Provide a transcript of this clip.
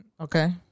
Okay